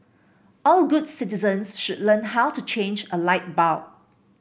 all good citizens should learn how to change a light bulb